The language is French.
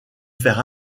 faire